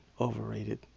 overrated